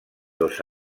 dos